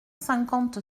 cinquante